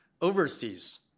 overseas